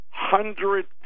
hundred